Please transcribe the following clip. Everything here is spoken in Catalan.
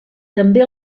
també